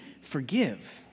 forgive